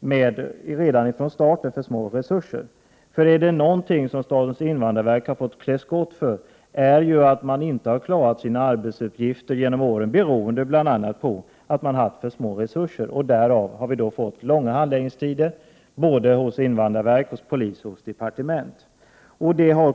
med för små resurser redan från början. Om det är någonting statens invandrarverk har fått klä skott för, är det att man inte har klarat sina arbetsuppgifter genom åren, bl.a. beroende på att man har haft för litet resurser. Därigenom har vi fått långa handläggningstider hos invandrarverket, polisen och departementet.